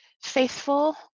faithful